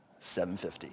750